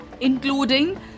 including